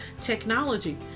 technology